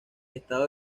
estado